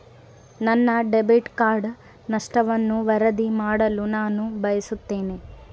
ನನ್ನ debit card ನಷ್ಟವನ್ನು ವರದಿ ಮಾಡಲು ನಾನು ಬಯಸುತ್ತೇನೆ